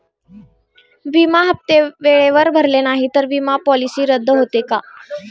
विमा हप्ते वेळेवर भरले नाहीत, तर विमा पॉलिसी रद्द होते का?